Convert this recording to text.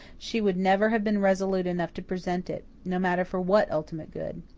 she would never have been resolute enough to present it, no matter for what ultimate good.